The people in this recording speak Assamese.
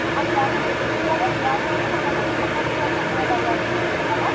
অঁ আছে আপোনাক যিটো লাগে বিয়াৰ কাৰণে সকলোবোৰ সকলোবিলাক কাপোৰেই পাব আপুনি আমাৰ দোকানত